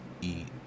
eat